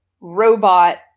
robot